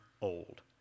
Old